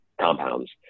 compounds